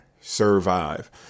survive